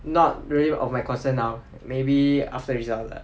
not very of my concern now maybe after result lah